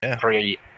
three